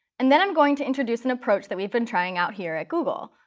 and then i'm going to introduce an approach that we've been trying out here at google,